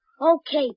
Okay